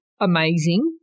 Amazing